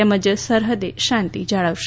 તેમજ સરહદે શાંતિ જાળવશે